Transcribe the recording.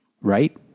Right